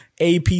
AP